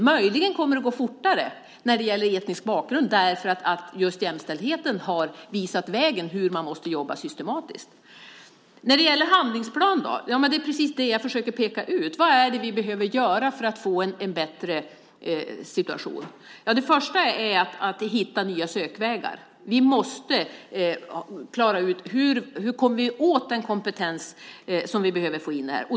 Möjligen kommer det att gå fortare när det gäller etnisk bakgrund, därför att just jämställdheten har visat vägen för hur man måste jobba systematiskt. När det gäller en handlingsplan är det precis det jag försöker peka ut: Vad är det vi behöver göra för att få en bättre situation? Ja, det första är att hitta nya sökvägar. Vi måste klara ut hur vi kommer åt den kompetens som vi behöver få in här.